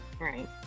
Right